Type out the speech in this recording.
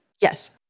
Yes